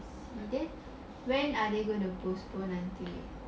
then when are they going to postpone until